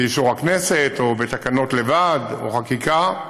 באישור הכנסת, או בתקנות לבד או חקיקה,